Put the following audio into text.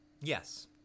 Yes